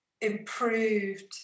improved